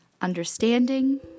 understanding